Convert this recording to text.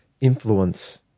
influence